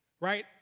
right